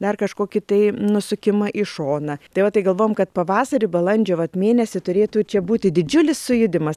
dar kažkokį tai nusukimą į šoną tai va tai galvojom kad pavasarį balandžio va mėnesį turėtų čia būti didžiulis sujudimas